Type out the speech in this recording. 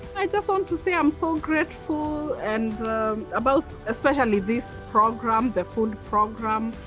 i just want to say i'm so grateful and about especially this program, the food program.